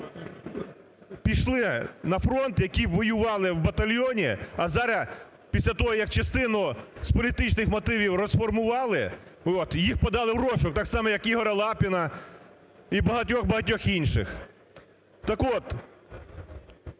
пішли на фронт, які воювали в батальйоні, а зараз, після того як частину з політичних мотивів розформували, їх подали в розшук. Так само, як Ігоря Лапіна і багатьох, багатьох інших.